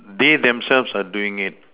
they themselves are doing it